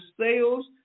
sales